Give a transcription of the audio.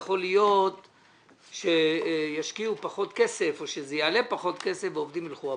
יכול להיות שישקיעו פחות כסף או שזה יעלה פחות כסף ועובדים ילכו הביתה.